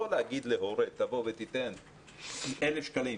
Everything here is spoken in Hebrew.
לא להגיד להורה תבוא ותן 1,000 שקלים,